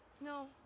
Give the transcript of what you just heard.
No